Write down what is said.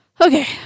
Okay